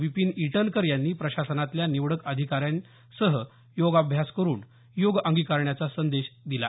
विपीन इटनकर यांनी प्रशासनातल्या निवडक अधिकाऱ्यांनी योगाभ्यास करुन योग अंगीकारण्याचा संदेश दिला